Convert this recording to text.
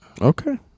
Okay